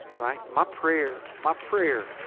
right? my prayer. my prayer